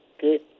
good